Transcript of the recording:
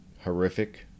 horrific